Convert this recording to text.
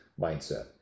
mindset